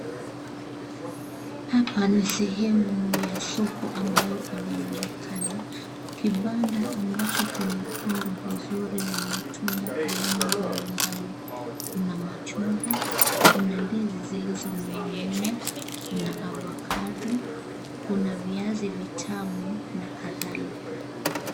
Hapa ni sehemu ya soko ambayo inaonekana. Kibanda ambacho kimepangwa vizuri na matunda aina mbalimbali. Kuna machungwa, kuna ndizi zilizoning'inia, kuna avocado , kuna viazi vitamu na kadhalika.